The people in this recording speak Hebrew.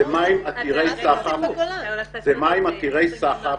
אלה מים עתירי סחף,